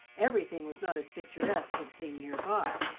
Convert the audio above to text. everything was not as picturesque, when seen near by,